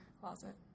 closet